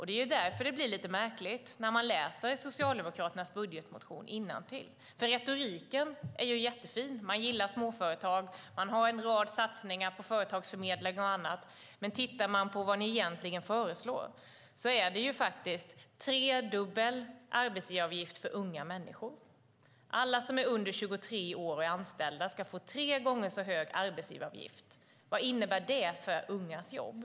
Det är därför det blir lite märkligt när man läser Socialdemokraternas budgetmotion innantill. Retoriken är jättefin. Ni gillar småföretag och har en rad satsningar på företagarförmedlingar och annat, men det ni egentligen föreslår är tredubbel arbetsgivaravgift för unga människor. Arbetsgivaravgiften för alla anställda under 23 år ska vara tre gånger så hög. Vad innebär det för ungas jobb?